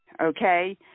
Okay